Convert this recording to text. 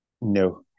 No